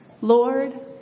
Lord